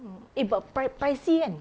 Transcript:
mm eh but pri~ pricey kan